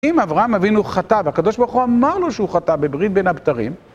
אם אברהם אבינו חטא והקדוש ברוך הוא אמר לו שהוא חטא בברית בין הבתרים